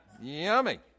yummy